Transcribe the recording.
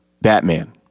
Batman